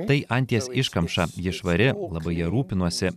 tai anties iškamša ji švari labai ja rūpinuosi